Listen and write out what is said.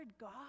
God